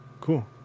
Cool